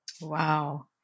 Wow